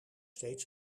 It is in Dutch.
steeds